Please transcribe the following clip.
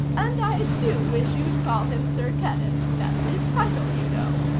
and i do wish you'd call him sir kenneth. that's his title, you know.